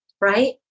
right